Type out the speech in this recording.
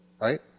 Right